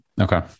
Okay